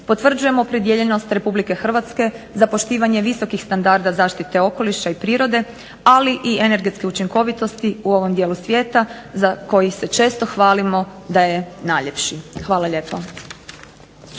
potvrđujemo opredijeljenost RH za poštivanje visokih standarda zaštite okoliša i prirode, ali i energetske učinkovitosti u ovom dijelu svijeta za koji se često hvalimo da je najljepši. Hvala lijepa.